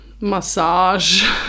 massage